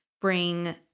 bring